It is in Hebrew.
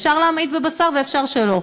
אפשר להמעיט בבשר, ואפשר שלא.